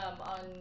on